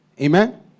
amen